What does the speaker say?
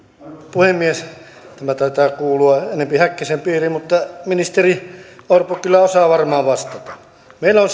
puhemies tämä taitaa kuulua enempi häkkäsen piiriin mutta ministeri orpo kyllä osaa varmaan vastata meillä on